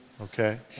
Okay